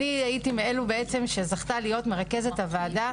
אני הייתי מאלה בעצם שזכתה להיות מרכזת הוועדה.